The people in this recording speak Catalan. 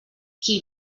qui